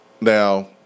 Now